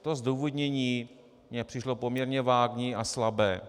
To zdůvodnění mně přišlo poměrně vágní a slabé.